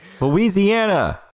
Louisiana